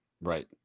right